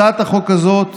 הצעת החוק הזאת